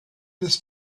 des